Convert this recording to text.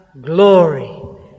glory